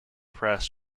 press